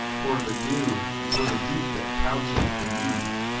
for the dew, and for the deep that coucheth beneath,